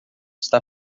está